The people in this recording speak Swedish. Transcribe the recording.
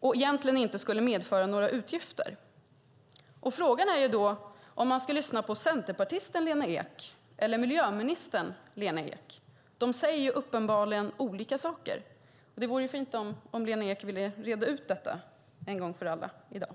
och egentligen inte skulle medföra några utgifter. Frågan är då om man ska lyssna på centerpartisten Lena Ek eller miljöminister Lena Ek. De säger uppenbarligen olika saker. Det vore fint om Lena Ek ville reda ut detta en gång för alla i dag.